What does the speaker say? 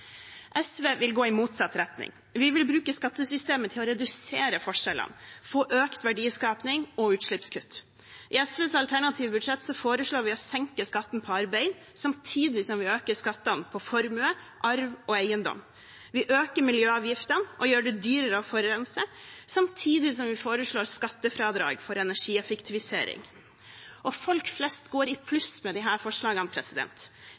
SV vil gå i motsatt retning. Vi vil bruke skattesystemet til å redusere forskjellene, få økt verdiskaping og utslippskutt. I SVs alternative budsjett foreslår vi å senke skatten på arbeid samtidig som vi øker skattene på formue, arv og eiendom. Vi øker miljøavgiftene og gjør det dyrere å forurense samtidig som vi foreslår skattefradrag for energieffektivisering. Folk flest går i pluss med disse forslagene.